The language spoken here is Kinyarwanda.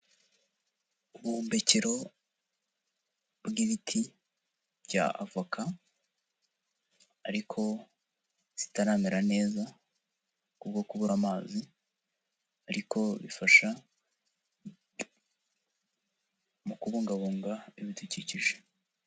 Ubuhumbekero bw'ibiti bya avoka, ariko zitaramera neza kubwo kubura amazi, ariko bifasha mu kubungabunga ibidukikije.